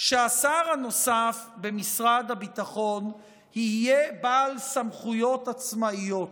שהשר הנוסף במשרד הביטחון יהיה בעל סמכויות עצמאיות,